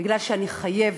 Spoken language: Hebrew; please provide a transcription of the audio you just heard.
בגלל שאני חייבת.